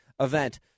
event